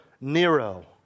Nero